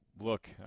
look